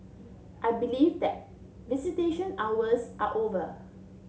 I believe that visitation hours are over